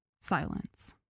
Silence